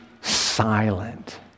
silent